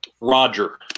Roger